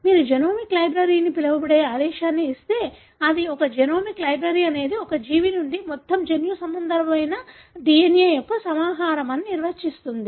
మీరు genomic library అని పిలవబడే ఆదేశాన్ని ఇస్తే అది ఒక జీనోమిక్ లైబ్రరీ అనేది ఒక జీవి నుండి మొత్తం జన్యుసంబంధమైన DNA యొక్క సమాహారం అని నిర్వచిస్తుంది